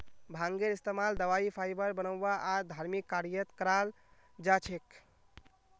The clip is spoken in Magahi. भांगेर इस्तमाल दवाई फाइबर बनव्वा आर धर्मिक कार्यत कराल जा छेक